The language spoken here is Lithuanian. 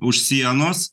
už sienos